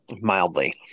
mildly